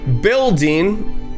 building